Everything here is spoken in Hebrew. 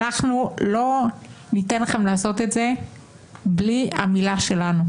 אנחנו לא ניתן לכם לעשות את זה בלי המילה שלנו.